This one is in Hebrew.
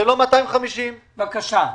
זה לא 250. נכון.